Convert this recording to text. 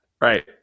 Right